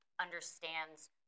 understands